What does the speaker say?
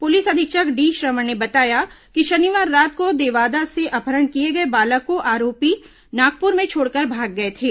police अधीक्षक डीश्रवण ने बताया कि शनिवार रात को देवादा से अपहरण किए गए बालक को आरोपी नागपुर में छोड़कर भाग गए थे